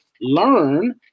learn